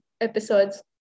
episodes